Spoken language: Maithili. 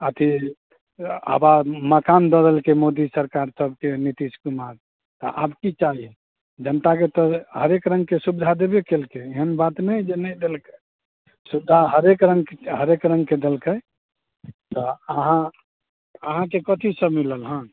अथी आवास मकान दऽ देलकै मोदी सरकार सबके नितीश कुमार तऽ आब की चाही जनताके तऽ हरेक र रङ्गके सुविधा देबे कैलकै हन एहन बात नहि हय जे नहि देलकै सुविधा हरेक रङ्गके हरेक रङ्गके देलकै तऽ आहाँ आहाँकेँ कथी सब मिलल हन